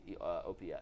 OPS